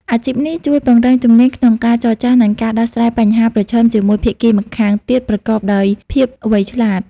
អាជីពនេះជួយពង្រឹងជំនាញក្នុងការចរចា និងការដោះស្រាយបញ្ហាប្រឈមជាមួយភាគីម្ខាងទៀតប្រកបដោយភាពវៃឆ្លាត។